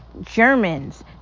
Germans